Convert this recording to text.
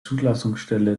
zulassungsstelle